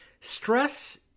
Stress